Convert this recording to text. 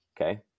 okay